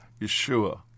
Yeshua